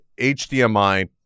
HDMI